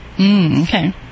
Okay